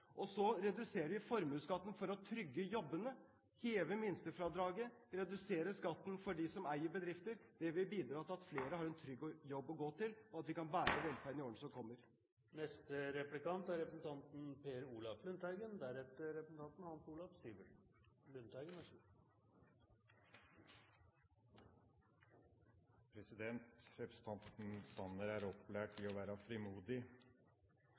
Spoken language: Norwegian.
Høyre. Så reduserer vi formuesskatten for å trygge jobbene, hever minstefradraget, reduserer skatten for dem som eier bedrifter. Det vil bidra til at flere har en trygg jobb å gå til, og at vi kan bære velferden i årene som kommer. Representanten Sanner er opplært til å være frimodig,